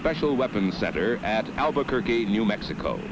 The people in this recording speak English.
special weapon setter at albuquerque new mexico